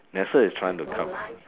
NASA is trying to coover up